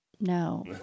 no